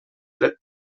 tret